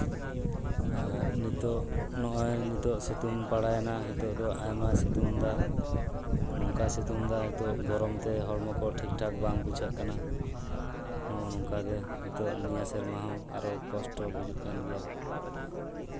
ᱟᱨ ᱱᱤᱛᱚᱜ ᱱᱚᱜᱼᱚᱭ ᱱᱤᱛᱚᱜ ᱥᱤᱛᱩᱝ ᱵᱟᱲᱟᱭᱮᱱᱟ ᱦᱤᱛᱚᱜ ᱫᱚ ᱟᱭᱢᱟ ᱥᱤᱛᱩᱝᱫᱟ ᱱᱚᱝᱠᱟᱭ ᱥᱤᱛᱩᱝᱫᱟ ᱱᱤᱛᱚᱜ ᱜᱚᱨᱚᱢ ᱛᱮ ᱦᱚᱲᱢᱚ ᱠᱚ ᱴᱷᱤᱠ ᱴᱷᱟᱠ ᱵᱟᱝ ᱵᱩᱡᱷᱟᱹᱜ ᱠᱟᱱᱟ ᱱᱚᱜᱼᱚ ᱱᱚᱝᱠᱟᱜᱮ ᱱᱤᱛᱚᱜ ᱱᱤᱭᱟᱹ ᱥᱮᱨᱢᱟ ᱦᱚᱸ ᱟᱨᱚ ᱠᱚᱥᱴᱚ ᱵᱩᱡᱩᱜ ᱠᱟᱱ ᱜᱮᱭᱟ